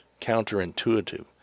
counterintuitive